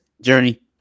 Journey